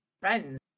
friends